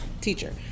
teacher